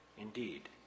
Indeed